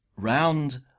Round